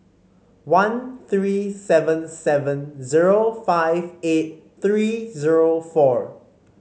one three seven seven zero five eight three zero four